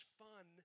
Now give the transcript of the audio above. fun